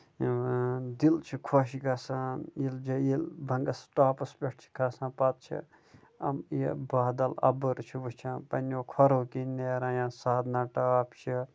دِل چھُ خۄش گژھان ییٚلہِ بَنگَس ٹاپَس پیٚٹھ چھِ گژھان پَتہٕ چھِ یِم یہِ بادل اوٚبُر چھُ وُچھان پنہٕ نیٚو کھۅرو کِنۍ نیران یا سادنا ٹاپ چھِ